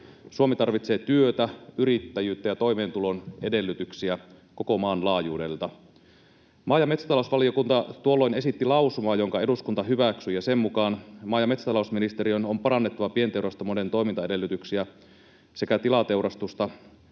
Suomi tarvitsee työtä, yrittäjyyttä ja toimeentulon edellytyksiä koko maan laajuudelta. Maa- ja metsätalousvaliokunta tuolloin esitti lausumaa, jonka eduskunta hyväksyi. Sen mukaan maa- ja metsätalousministeriön on parannettava pienteurastamoiden toimintaedellytyksiä sekä tilateurastusta